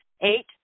Eight